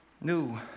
new